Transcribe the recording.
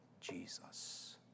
Jesus